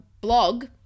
blog